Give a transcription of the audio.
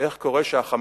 איך קורה ש"חמאס"